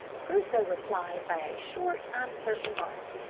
crusoe replied by a short, uncertain bark,